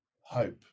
hope